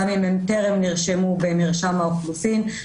גם אם הם טרם נרשמו במרשם האוכלוסין,